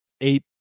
eight